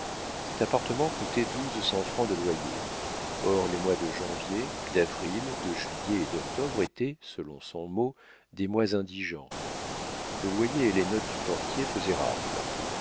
cet appartement coûtait douze cents francs de loyer or les mois de janvier d'avril de juillet et d'octobre étaient selon son mot des mois indigents le loyer et les notes du portier faisaient rafle